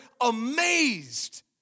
amazed